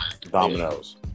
dominoes